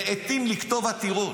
ועטים לכתוב עתירות.